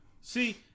See